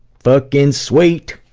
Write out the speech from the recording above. fuckin' sweet.